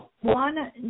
One